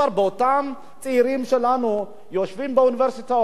באותם צעירים שלנו שיושבים באוניברסיטאות,